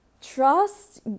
Trust